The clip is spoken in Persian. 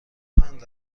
چند